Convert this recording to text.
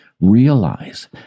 realize